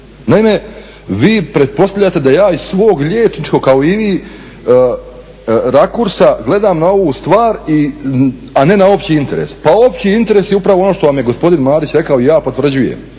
Naime, vi pretpostavljate da ja iz svog liječničkog kao i vi rakursa gledam na ovu stvar a ne na opći interes. Pa opći interes je upravo ono što vam je gospodin Marić rekao i ja potvrđujem.